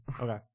okay